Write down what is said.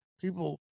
people